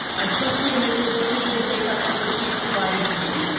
i trust you to make good decisions based on expertise provided to you.